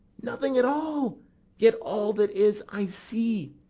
nothing at all yet all that is i see.